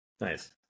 Nice